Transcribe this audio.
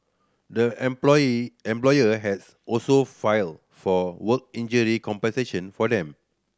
the employee employer has also filed for work injury compensation for them